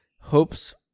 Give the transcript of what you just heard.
hopes